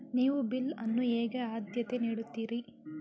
ನೀವು ಬಿಲ್ ಅನ್ನು ಹೇಗೆ ಆದ್ಯತೆ ನೀಡುತ್ತೀರಿ?